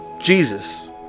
Jesus